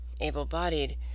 able-bodied